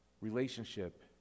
relationship